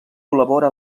col·labora